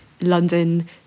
London